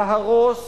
להרוס,